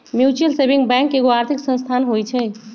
mutual saving bank एगो आर्थिक संस्थान होइ छइ